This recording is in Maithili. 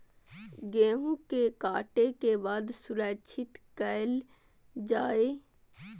गेहूँ के काटे के बाद सुरक्षित कायल जाय?